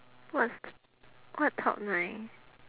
what's what top nine